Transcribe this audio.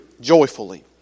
joyfully